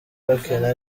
bakina